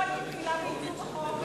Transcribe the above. סליחה, אני לא הייתי פעילה בעיצוב החוק.